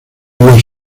los